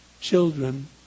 children